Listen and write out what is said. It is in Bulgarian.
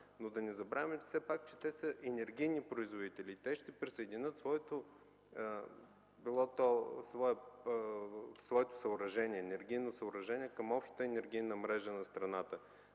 Но да не забравяме, че все пак те са енергийни производители и ще присъединят своето енергийно съоръжение към общата енергийна мрежа на страната.